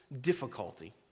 difficulty